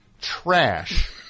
trash